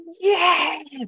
yes